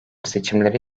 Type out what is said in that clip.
seçimleri